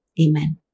Amen